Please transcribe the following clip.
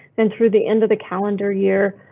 and through the end of the calendar year,